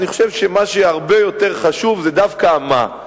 אני חושב שמה שהרבה יותר חשוב זה דווקא ה"מה".